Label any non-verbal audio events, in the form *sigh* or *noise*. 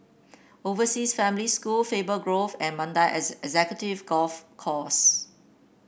Overseas Family School Faber Grove and Mandai *unintelligible* Executive Golf Course